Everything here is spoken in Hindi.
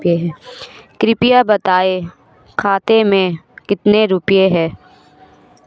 कृपया बताएं खाते में कितने रुपए हैं?